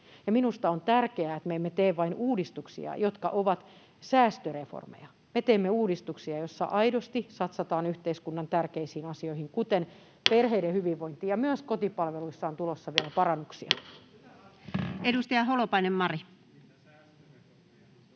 Minusta on tärkeää, että me emme tee vain uudistuksia, jotka ovat säästöreformeja, vaan me teemme uudistuksia, joissa aidosti satsataan yhteiskunnan tärkeisiin asioihin, kuten perheiden hyvinvointiin, ja myös kotipalveluihin on tulossa vielä parannuksia. Edustaja Holopainen, Mari.